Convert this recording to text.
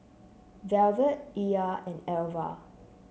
Velvet Ilah and Alva